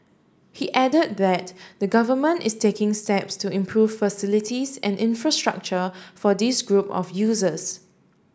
he added that the Government is taking steps to improve facilities and infrastructure for this group of users